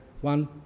one